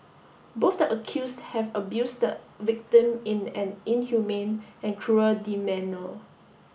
both the accused have abused the victim in an inhumane and cruel demeanour